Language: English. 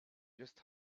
just